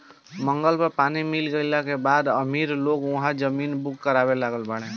मंगल पर पानी मिल गईला के बाद अमीर लोग उहा जमीन बुक करावे लागल बाड़े